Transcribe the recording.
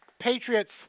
Patriots